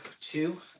two